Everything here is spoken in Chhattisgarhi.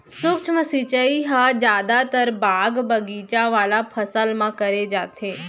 सूक्ष्म सिंचई ह जादातर बाग बगीचा वाला फसल म करे जाथे